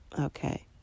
okay